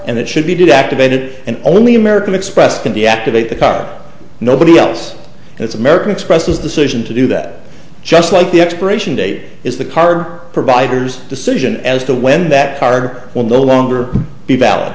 and it should be did activated and only american express can deactivate the car nobody else and it's american express is the solution to do that just like the expiration date is the car providers decision as to when that card will no longer be valid